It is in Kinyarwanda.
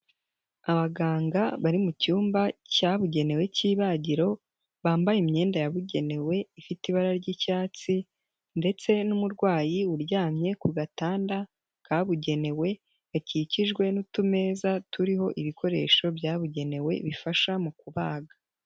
Abaganga bari mu cyumba cyabugenewe k'ibagiro, bambaye imyenda yabugenewe ifite ibara ry'icyatsi ndetse n'umurwayi uryamye ku gatanda kabugenewe gakikijwe n'utumeza turiho ibikoresho byabugenewe bifasha mu kubaga.